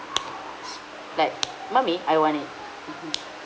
like mummy I want it mmhmm